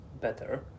better